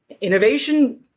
innovation